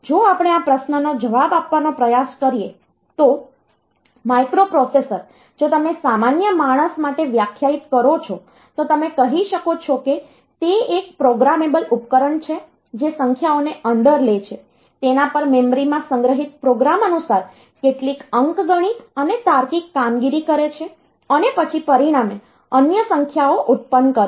જો આપણે આ પ્રશ્નનો જવાબ આપવાનો પ્રયાસ કરીએ તો માઇક્રોપ્રોસેસર જો તમે સામાન્ય માણસ માટે વ્યાખ્યાયિત કરો છો તો તમે કહી શકો છો કે તે એક પ્રોગ્રામેબલ ઉપકરણ છે જે સંખ્યાઓને અંદર લે છે તેના પર મેમરીમાં સંગ્રહિત પ્રોગ્રામ અનુસાર કેટલીક અંકગણિત અને તાર્કિક કામગીરી કરે છે અને પછી પરિણામે અન્ય સંખ્યાઓ ઉત્પન્ન કરે છે